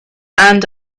and